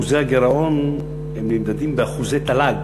שאחוזי הגירעון נמדדים באחוזי תל"ג,